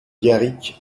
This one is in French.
garric